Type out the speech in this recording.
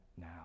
now